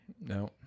no